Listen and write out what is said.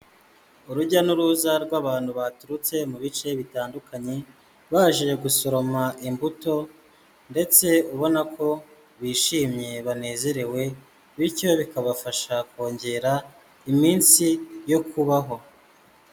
Urujya n'uruza rw'abantu baturutse mu bice bitandukanye, baje gusoroma imbuto ndetse ubona ko bishimye banezerewe, bityo bikabafasha kongera iminsi yo kubaho.